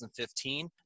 2015